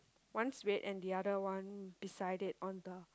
one's red and the other one beside it on the